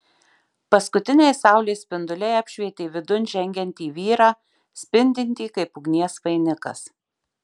paskutiniai saulės spinduliai apšvietė vidun žengiantį vyrą spindintį kaip ugnies vainikas